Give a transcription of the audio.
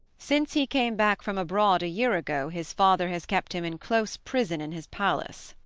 since he came back from abroad a year ago his father has kept him in close prison in his palace.